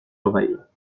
oreilles